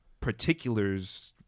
particulars